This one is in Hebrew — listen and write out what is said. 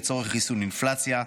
לצורך ריסון האינפלציה.